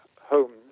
homes